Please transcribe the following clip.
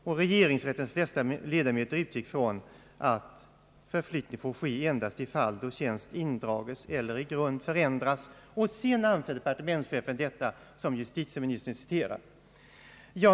Och regeringsrättens flesta 1edamöter utgick från att förflyttning får ske endast i fall då tjänst indrages eller i grund förändras. Sedan säger departementschefen det som justitieministern citerade.